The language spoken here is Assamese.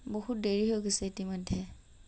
বহুত দেৰি হৈ গৈছে ইতিমধ্যে